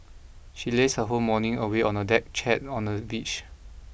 she lazed her whole morning away on a deck chair on the beach